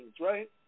right